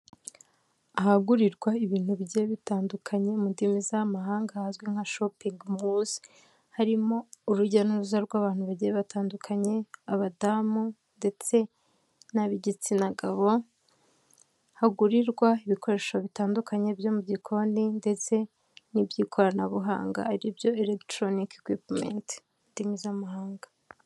Ahagurirwa ibintu bi bitandukanye mu ndimi z'amahanga hazwi nka shoping muzi harimo urujya n'uruza rw'abantu bagiye batandukanye abadamu ndetse n'ab'igitsina gabo hagurirwa ibikoresho bitandukanye byo mu gikoni ndetse n'iby'ikoranabuhanga aribyo electoronik ekwipummenti mu ndimi z'amahanga.